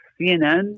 CNN